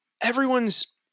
Everyone's